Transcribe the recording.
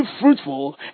fruitful